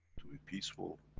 to be peaceful,